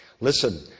listen